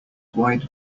wide